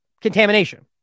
contamination